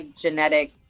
genetic